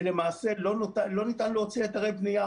ולמעשה לא ניתן להוציא היתרי בנייה.